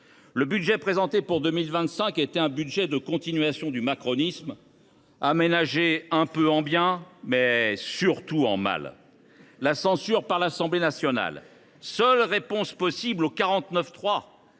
Le budget présenté pour 2025 était un budget de continuation du macronisme, aménagé un peu en bien, mais surtout en mal. La censure par l’Assemblée nationale, seule réponse possible au 49.3,